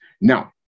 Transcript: Now